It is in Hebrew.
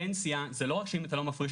הפניה זה לא רק שאם אתה לא מפריש,